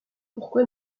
pourquoi